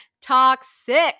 toxic